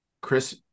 Chris